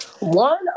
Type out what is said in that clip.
one